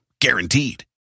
guaranteed